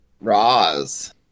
Roz